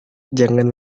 jangan